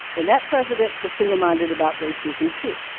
and that president was single-minded about racism, too.